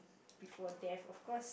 before death of course